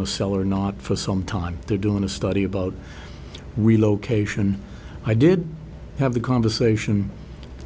to sell or not for some time they do want to study about relocation i did have the conversation